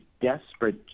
desperate